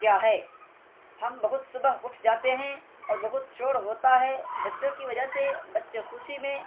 کیا ہے ہم بہت صبح اٹھ جاتے ہیں اور بہت شور ہوتا ہے بچوں کی وجہ سے بچے خوسی میں